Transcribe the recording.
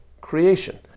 creation